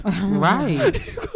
right